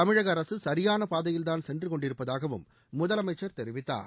தமிழக அரசு சரியான பாதையில்தான் சென்று கொண்டிருப்பதாகவும் முதலமைச்சர் தெரிவித்தார்